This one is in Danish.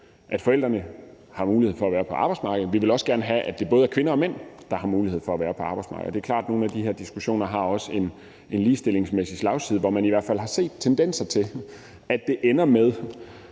at forældrene har mulighed for at være på arbejdsmarkedet. Vi vil også gerne have, at det både er kvinder og mænd, der har mulighed for at være på arbejdsmarkedet. Og det er klart, at nogle af de her diskussioner også har en ligestillingsmæssig slagside, hvor man i hvert fald har set tendenser til, at det i